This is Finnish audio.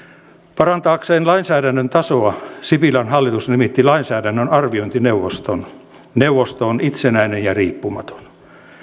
parantaakseen lainsäädännön tasoa sipilän hallitus nimitti lainsäädännön arviointineuvoston neuvosto on itsenäinen ja riippumaton